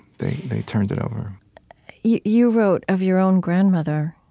they they turned it over you wrote of your own grandmother.